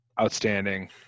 outstanding